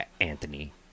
Anthony